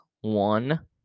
One